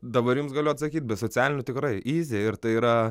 dabar jums galiu atsakyt be socialinių tikrai yzi ir tai yra